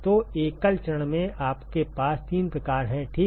तो एकल चरण में आपके पास तीन प्रकार हैं ठीक